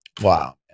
Wow